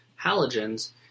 halogens